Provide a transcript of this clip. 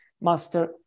master